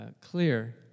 clear